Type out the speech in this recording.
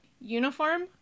uniform